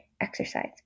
exercise